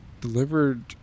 delivered